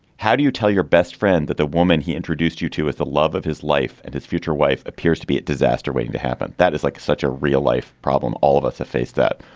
how do you tell your best friend that the woman he introduced you to with the love of his life and his future wife appears to be a disaster waiting to happen? that is like such a real life problem. all of us face that.